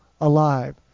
alive